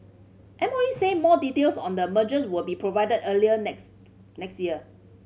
M O E said more details on the mergers will be provided early next next year